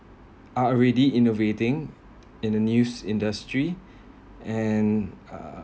are already in the reading in the news industry and uh